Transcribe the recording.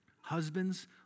husbands